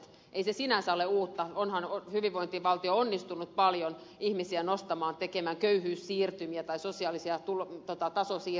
ei se sinänsä ole uutta onhan hyvinvointivaltio onnistunut paljon ihmisiä nostamaan tekemään köyhyyssiirtymiä sosiaalisia tasosiirtymiä